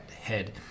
head